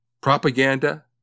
Propaganda